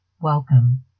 welcome